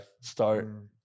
start